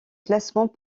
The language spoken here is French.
classement